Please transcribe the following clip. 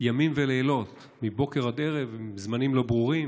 ימים ולילות, מבוקר עד ערב, בזמנים לא ברורים.